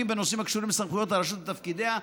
בנושאים הקשורים לסמכויות הרשות ותפקידיה.